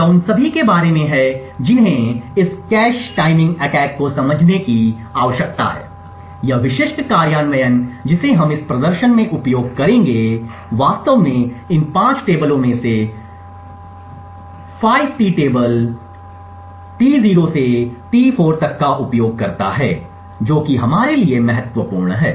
यह उन सभी के बारे में है जिन्हें इस कैश टाइमिंग अटैक को समझने की आवश्यकता है यह विशिष्ट कार्यान्वयन जिसे हम इस प्रदर्शन में उपयोग करेंगे वास्तव में इन 5 टेबलों में से 5 T टेबल T0 से T4 तक का उपयोग करता है जो कि हमारे लिए महत्वपूर्ण है